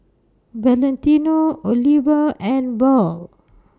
Valentino Oliva and Verl